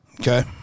Okay